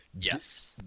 yes